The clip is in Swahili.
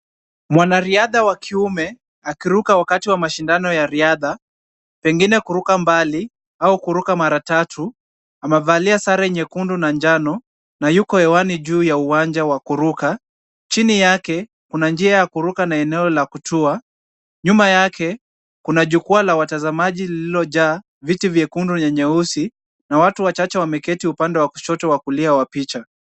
Mwanariadha wa kiume akiruka wakati wa mashindano ya riadha, pengine kuruka mbali au kuruka mara tatu. Amevalia sare nyekundu na njano na yuko hewani juu ya uwanja wa kuruka. Chini yake kuna njia ya kuruka na eneo la kutua. Nyuma yake kuna jukwaa la watazamaji lililojaa viti vyekundu na nyeusi na watu wachache wameketi upande wa kushoto wa kulia wa picha.